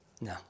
no